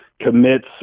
commits